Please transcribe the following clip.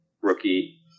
rookie